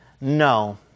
No